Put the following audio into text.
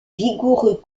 vigoureux